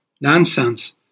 nonsense